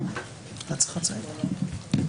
שלום לכולם.